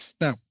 Now